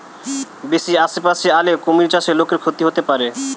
বেশি আশেপাশে আলে কুমির চাষে লোকর ক্ষতি হতে পারে